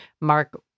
Mark